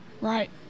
right